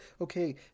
okay